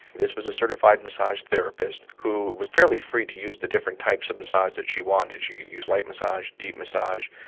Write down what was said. this was a certified massage therapist who was fairly free to use the different types of massage that she wanted. she could use light massage, deep massage,